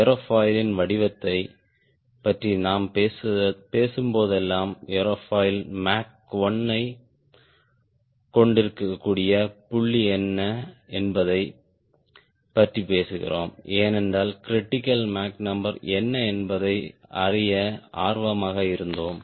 ஏரோஃபாயிலின் வடிவத்தைப் பற்றி நாம் பேசும்போதெல்லாம் ஏர்ஃபாயில் மேக் 1 ஐக் கொண்டிருக்கக்கூடிய புள்ளி என்ன என்பதைப் பற்றி பேசுகிறோம் ஏனென்றால் கிரிட்டிக்கல் மேக் நம்பர் என்ன என்பதை அறிய ஆர்வமாக இருந்தோம்